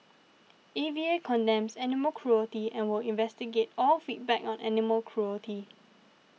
A V A condemns animal cruelty and will investigate all feedback on animal cruelty